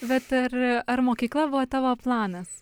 bet ar ar mokykla buvo tavo planas